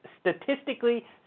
statistically